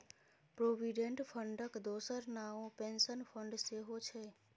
provident फंडक दोसर नाओ पेंशन फंड सेहौ छै